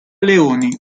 leoni